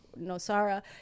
Nosara